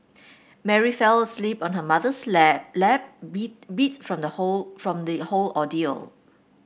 Mary fell asleep on her mother's lap lap beat beat from the whole from the whole ordeal